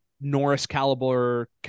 Norris-caliber